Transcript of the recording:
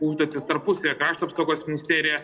užduotis tarpusavyje krašto apsaugos ministerija